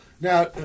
Now